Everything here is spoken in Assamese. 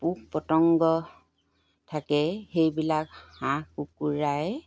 পোক পতংগ থাকে সেইবিলাক হাঁহ কুকুৰাই